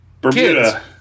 Bermuda